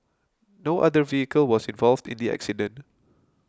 no other vehicle was involved in the accident